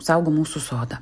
saugo mūsų sodą